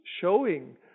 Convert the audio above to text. showing